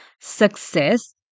success